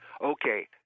Okay